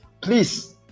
please